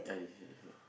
ah this year this year